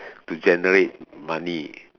to generate money